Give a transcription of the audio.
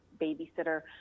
babysitter